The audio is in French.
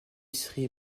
sri